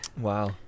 Wow